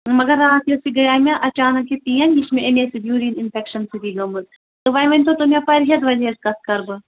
مگر راتھ یۄس یہِ یہِ گٔییہِ مےٚ اچانٛک یہِ پین یہِ چھےٚ مےٚاَمے سۭتۍ یوٗریٖن اِنفیٚکشَن سۭتٕے گٲمٕژ تہٕ وۅنۍ ؤنۍتَو تُہی مےٚ پرہیز وَرہیز کَتھ کَرٕ بہٕ